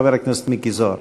חבר הכנסת מיקי זוהר.